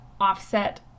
offset